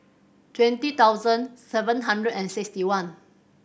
twenty thousand seven hundred and sixty one